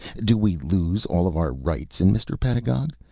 do we lose all of our rights in mr. pedagog?